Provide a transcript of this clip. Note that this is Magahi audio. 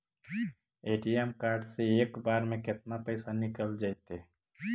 ए.टी.एम कार्ड से एक बार में केतना पैसा निकल जइतै?